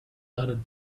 other